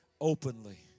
openly